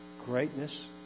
greatness